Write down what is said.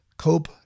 Cope